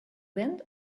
wind